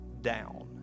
down